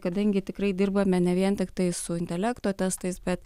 kadangi tikrai dirbame ne vien tiktai su intelekto testais bet